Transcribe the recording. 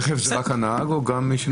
רכב זה רק הנהג או גם מי שנוסע?